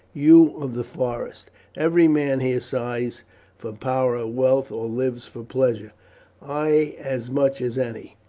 you of the forest every man here sighs for power or wealth, or lives for pleasure i as much as any.